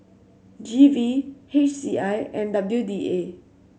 G V H C I and W D A